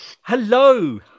hello